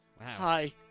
Hi